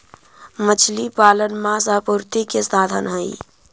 मछली पालन मांस आपूर्ति के साधन हई